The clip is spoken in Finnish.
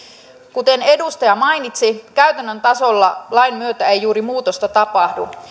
kuten edustaja mainitsi käytännön tasolla lain myötä ei juuri muutosta tapahdu